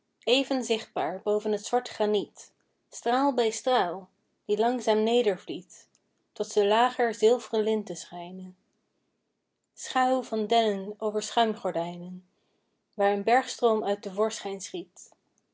zichtbaar boven t zwart graniet straal bij straal die langzaam nedervliet tot ze lager zilvren linten schijnen schaûw van dennen over schuimgordijnen waar een bergstroom uit te voorschijn